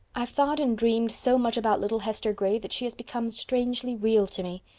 i've thought and dreamed so much about little hester gray that she has become strangely real to me.